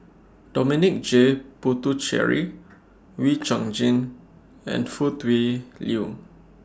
Dominic J Puthucheary Wee Chong Jin and Foo Tui Liew